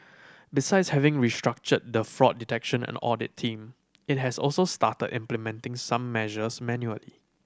besides having restructured the fraud detection and audit team it has also started implementing some measures manually